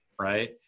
Right